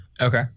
Okay